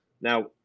Now